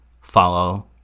follow